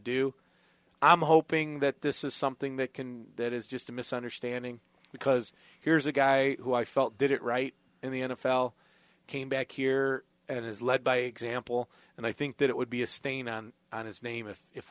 do i'm hoping that this is something that can that is just a misunderstanding because here's a guy who i felt did it right in the n f l came back here and is lead by example and i think that it would be a stain on his name if if